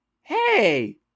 Hey